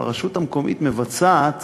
הרשות המקומית מבצעת